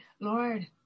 Lord